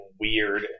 weird